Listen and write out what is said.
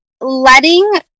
letting